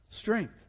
Strength